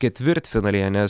ketvirtfinalyje nes